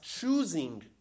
choosing